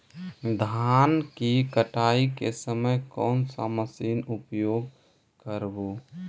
धान की कटाई के समय कोन सा मशीन उपयोग करबू?